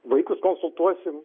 vaikus konsultuosim